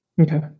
Okay